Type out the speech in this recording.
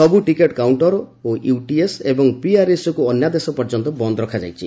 ସବ୍ ticket କାଉକ୍କର ଓ UTS ଏବଂ ପିଆର୍ଏସ୍କୁ ଅନ୍ୟାଦେଶ ପର୍ଯ୍ୟନ୍ତ ବନ୍ଦ ରଖାଯାଇଛି